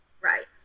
Right